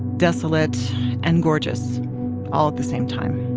desolate and gorgeous all at the same time.